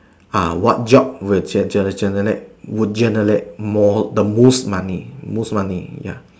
uh what job would gen gen generate would generate more the most money most money ya